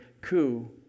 coup